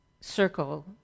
circle